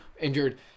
injured